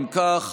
אם כך,